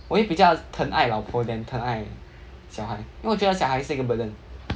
我会比较疼爱老婆 then 疼爱小孩因为我觉得小孩是个 burden